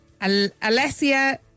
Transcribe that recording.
Alessia